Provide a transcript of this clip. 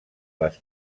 les